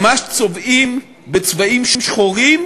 ממש צובעים בצבעים שחורים,